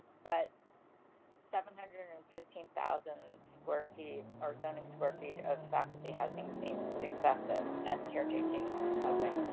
but seven hundred and and fifteen thousand square feet or zoning square feet of faculty. housing seems excessive and caretaking housing.